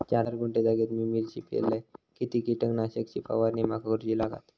चार गुंठे जागेत मी मिरची पेरलय किती कीटक नाशक ची फवारणी माका करूची लागात?